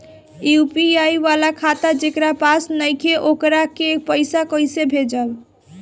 UPI वाला खाता जेकरा पास नईखे वोकरा के पईसा कैसे भेजब?